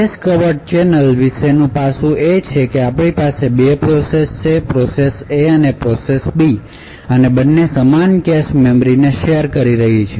cache ક્વર્ટ ચેનલો વિશેનું પાસું એ છે કે આપણી પાસે 2 પ્રોસેસ છે પ્રોસેસ A અને પ્રોસેસ B અને બંને સમાન કેશ મેમરી શેર કરી રહી છે